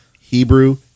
Hebrew